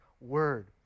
word